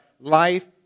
Life